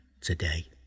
today